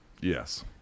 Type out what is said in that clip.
Yes